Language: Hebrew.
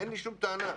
אין לי שום טענה.